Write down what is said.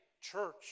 church